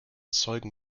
zeugen